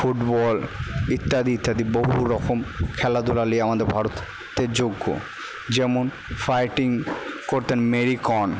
football ইত্যাদি ইত্যাদি বহু রকম খেলাধুলা নিয়ে আমাদের ভারত তের যোগ্য যেমন ফাইটিং করতেন মেরি কম